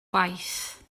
gwaith